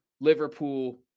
Liverpool